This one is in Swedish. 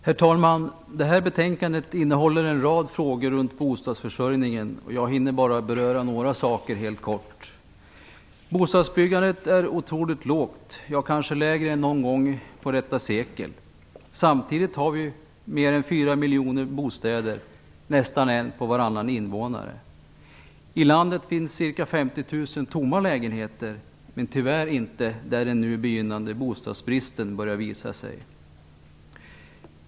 Herr talman! Det här betänkandet innefattar en rad frågor inom bostadsförsörjningen. Jag hinner bara beröra några saker helt kort. Bostadsbyggandet är otroligt lågt, kanske lägre än någon gång under detta sekel. Samtidigt har vi mer 4 landet finns ca 50 000 tomma lägenheter, men tyvärr inte där den nu begynnande bostadsbristen börjar visa sig.